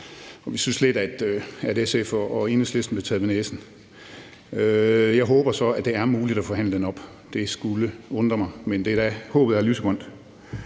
Vi synes lidt, at SF og Enhedslisten er blevet taget ved næsen. Jeg håber så, at det er muligt at forhandle den op. Det skulle undre mig, men håbet er jo lysegrønt.